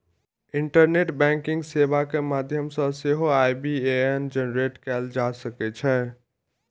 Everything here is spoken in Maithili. इंटरनेट बैंकिंग सेवा के माध्यम सं सेहो आई.बी.ए.एन जेनरेट कैल जा सकै छै